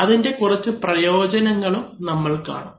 അതിൻറെ കുറച്ച് പ്രയോജനങ്ങളും നമ്മൾ കാണും